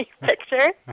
picture